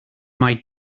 mae